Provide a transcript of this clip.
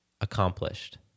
accomplished